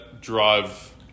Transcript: drive